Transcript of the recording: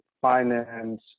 finance